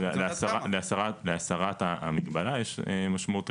להסרת המגבלה יש משמעות תקציבית.